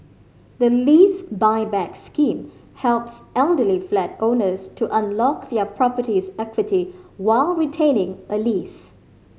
the Lease Buyback Scheme helps elderly flat owners to unlock their property's equity while retaining a lease